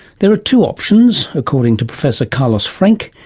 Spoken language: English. there are two options according to professor carlos frenk,